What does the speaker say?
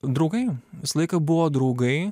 draugai visą laiką buvo draugai